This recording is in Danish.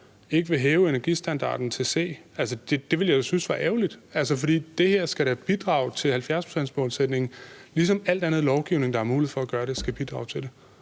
ikke vil hæve energistandarden til C? Altså, det ville jeg jo synes var ærgerligt, for det her skal da bidrage til 70-procentsmålsætningen, ligesom al anden lovgivning, der har mulighed for at gøre det, skal bidrage til den.